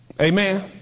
Amen